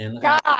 God